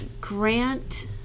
Grant